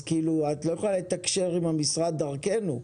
את לא יכולה לתקשר עם המשרד דרכנו.